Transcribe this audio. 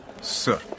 Sir